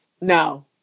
No